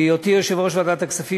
בהיותי יושב-ראש ועדת הכספים,